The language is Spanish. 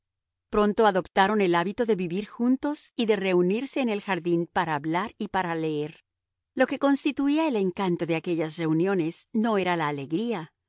pronto adoptaron el hábito de vivir juntos y de reunirse en el jardín para hablar y para leer lo que constituía el encanto de aquellas reuniones no era la alegría